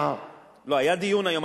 לא, היה דיון היום.